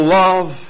love